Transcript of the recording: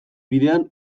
bidean